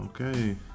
Okay